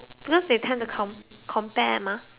because they tend to com~ compare mah